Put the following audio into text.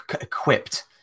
equipped